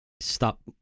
stop